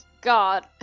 God